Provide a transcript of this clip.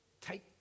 take